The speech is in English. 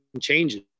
changes